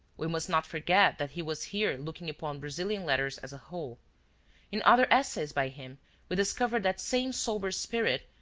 we must not forget that he was here looking upon brazilian letters as a whole in other essays by him we discover that same sober spirit,